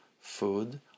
food